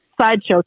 Sideshow